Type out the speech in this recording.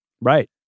Right